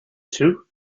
too